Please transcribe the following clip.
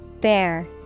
Bear